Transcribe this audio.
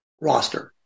roster